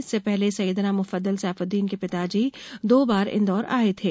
इससे पहले सैयदना मुफद्दल सैफूद्दीन के पिताजी दो बार इन्दौर आये थे